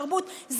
תרבות,